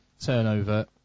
turnover